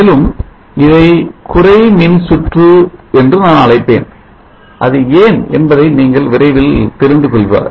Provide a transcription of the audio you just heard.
மேலும் இதை குறை மின்சுற்று என்று நான் அழைப்பேன் அது ஏன் என்பதை நீங்கள் விரைவில் தெரிந்து கொள்வீர்கள்